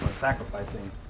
sacrificing